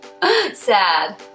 sad